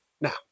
now